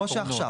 כמו עכשיו.